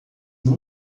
não